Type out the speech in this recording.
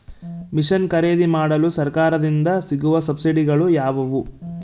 Mission ಖರೇದಿಮಾಡಲು ಸರಕಾರದಿಂದ ಸಿಗುವ ಸಬ್ಸಿಡಿಗಳು ಯಾವುವು?